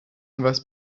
was